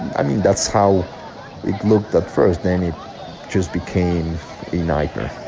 i mean, that's how it looked at first. then it just became a nightmare